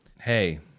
hey